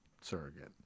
surrogate